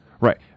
Right